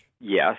Yes